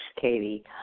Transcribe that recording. Katie